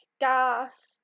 gas